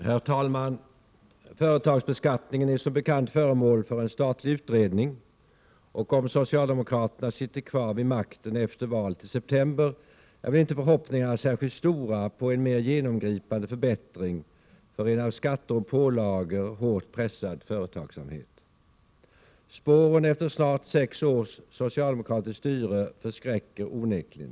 Herr talman! Företagsbeskattningen är som bekant föremål för en statlig utredning, och om socialdemokraterna sitter kvar vid makten efter valet i september, är väl inte förhoppningarna särskilt stora om en mer genomgripande förbättring för en av skatter och pålagor hårt pressad företagsamhet. Spåren efter snart sex års socialdemokratiskt styre förskräcker onekligen.